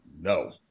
No